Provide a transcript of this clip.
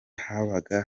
habaga